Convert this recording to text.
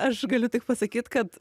aš galiu tik pasakyt kad